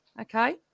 okay